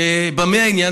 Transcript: ובמה העניין?